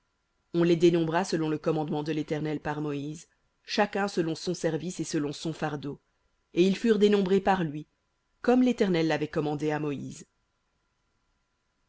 on les dénombra selon le commandement de l'éternel par moïse chacun selon son service et selon son fardeau et ils furent dénombrés par lui comme l'éternel l'avait commandé à moïse